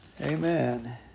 Amen